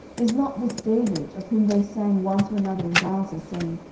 is not this david, of whom they sang one to another in dances, saying,